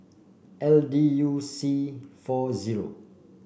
L D U C four zero